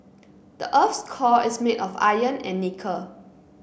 the earth's core is made of iron and nickel